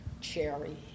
Cherry